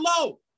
low